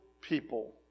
people